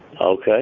Okay